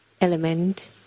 element